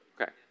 Okay